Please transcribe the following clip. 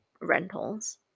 rentals